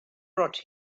brought